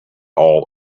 all